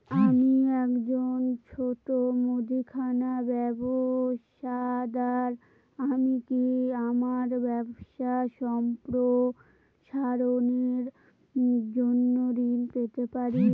আমি একজন ছোট মুদিখানা ব্যবসাদার আমি কি আমার ব্যবসা সম্প্রসারণের জন্য ঋণ পেতে পারি?